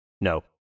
No